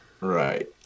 Right